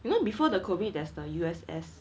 you know before the COVID there's the U_S_S